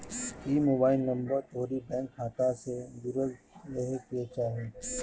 इ mobile number तोहरी bank खाता से जुड़ल रहे के चाही